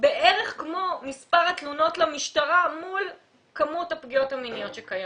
בערך כמו מספר התלונות למשטרה מול כמות הפגיעות המיניות שקיימות.